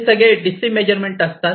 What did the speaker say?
ते सगळे DC measurement असतात